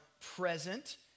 present